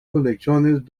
conexiones